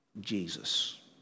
Jesus